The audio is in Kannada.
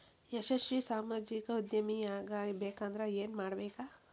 ಯಶಸ್ವಿ ಸಾಮಾಜಿಕ ಉದ್ಯಮಿಯಾಗಬೇಕಂದ್ರ ಏನ್ ಮಾಡ್ಬೇಕ